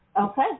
Okay